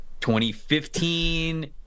2015